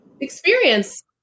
experience